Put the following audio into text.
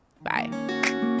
Bye